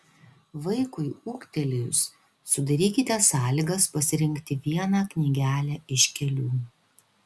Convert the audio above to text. vaikui ūgtelėjus sudarykite sąlygas pasirinkti vieną knygelę iš kelių